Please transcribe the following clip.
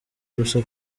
ubusa